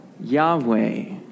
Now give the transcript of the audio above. Yahweh